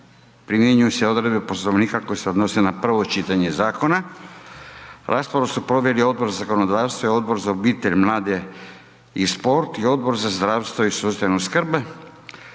primjenjuju se odredbe Poslovnika koje se odnose na prvo čitanje zakona. Raspravu su proveli Odbor za zakonodavstvo i Odbor za obitelj, mlade i sport i Odbor za zdravstvo i socijalnu skrb.